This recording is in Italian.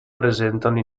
presentano